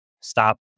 stop